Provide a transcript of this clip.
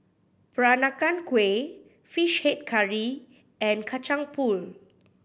Peranakan Kueh Fish Head Curry and Kacang Pool